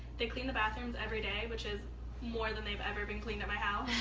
they clean the bathrooms every day, which is more than they've ever been cleaned at my house.